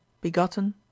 begotten